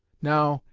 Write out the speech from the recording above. now,